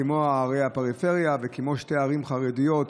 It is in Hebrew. כמו ערי הפריפריה וכמו שתי ערים חרדיות,